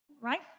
right